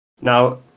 Now